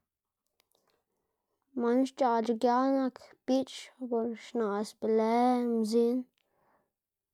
man xc̲h̲aꞌc̲h̲a giaꞌl nak biꞌch por xnaꞌs be lë mzin.